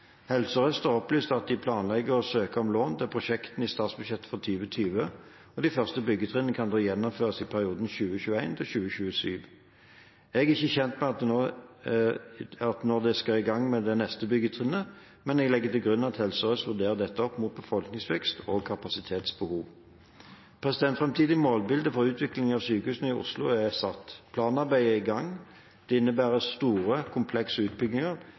Helse Sør-Øst har opplyst at de planlegger å søke om lån til prosjektene i statsbudsjettet for 2020, og de første byggetrinnene kan da gjennomføres i perioden 2021–2027. Jeg er ikke kjent med når de skal i gang med det neste byggetrinnet, men jeg legger til grunn at Helse Sør-Øst vurderer dette opp mot befolkningsvekst og kapasitetsbehov. Framtidig målbilde for utviklingen av sykehusene i Oslo er satt. Planarbeidet er i gang. Det innebærer store, komplekse utbygginger,